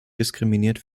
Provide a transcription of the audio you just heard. diskriminiert